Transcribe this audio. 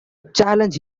challenge